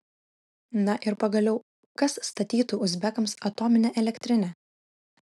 na ir pagaliau kas statytų uzbekams atominę elektrinę